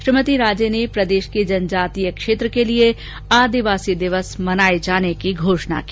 श्रीमती राजे ने प्रदेश के जनजातीय क्षेत्र के लिए आदिवासी दिवस मनाने की घोषणा की